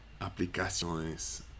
aplicaciones